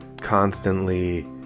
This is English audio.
constantly